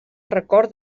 record